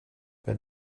but